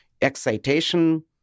excitation